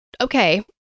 okay